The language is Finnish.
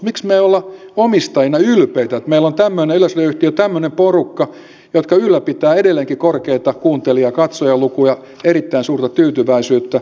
miksi me emme ole omistajina ylpeitä että meillä on tämmöinen yleisradioyhtiö tämmöinen porukka jotka ylläpitävät edelleenkin korkeita kuuntelija ja katsojalukuja erittäin suurta tyytyväisyyttä